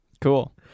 Cool